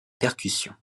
percussions